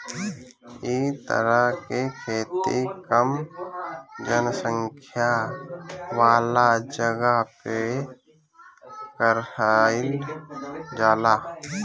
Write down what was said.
ए तरह के खेती कम जनसंख्या वाला जगह पे कईल जाला